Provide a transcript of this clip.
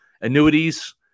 annuities